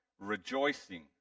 rejoicing